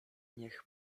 niech